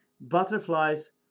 Butterflies